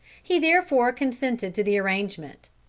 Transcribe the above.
he therefore consented to the arrangement.